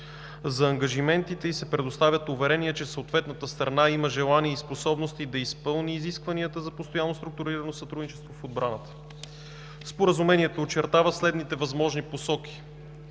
за ангажиментите и се предоставят уверения, че съответната страна има желание и способности да изпълни изискванията за постоянно структурирано сътрудничество в отбраната. Споразумението очертава следните възможни посоки: